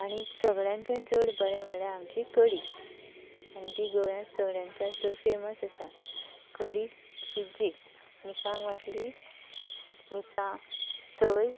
आनी सगळ्यांचें चड बरें म्हळ्या आमची कडी आनी ती गोव्यांत चडान चड चड फेमस आसा कडी इज्जी मिसांग वाटली मिस्सा सय